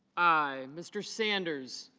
i. mr. sanders